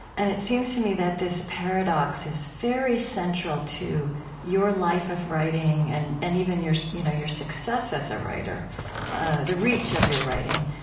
and it seems to me that this paradox is very central to your life of writing and and even your you know your success as a writer the reach of your writing.